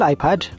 Ipad